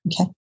Okay